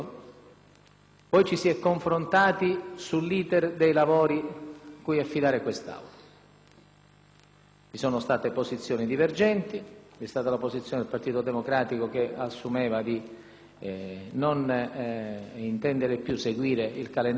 Vi sono state posizioni divergenti: vi è stata la posizione del Partito Democratico, che ha dichiarato di non voler più seguire il calendario e di volersi addirittura sottrarre all'esame di questo testo, ove si dovesse decidere di andare avanti;